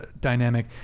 dynamic